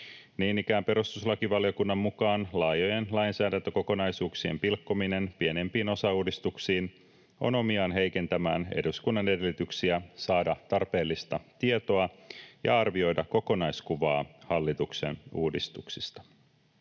Niin ikään perustuslakivaliokunnan mukaan laajojen lainsäädäntökokonaisuuksien pilkkominen pienempiin osauudistuksiin on omiaan heikentämään eduskunnan edellytyksiä saada tarpeellista tietoa ja arvioida kokonaiskuvaa hallituksen uudistuksista.